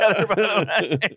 together